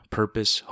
purpose